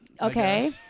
okay